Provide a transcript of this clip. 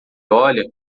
olha